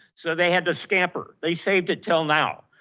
so they had to scamper. they saved it till now.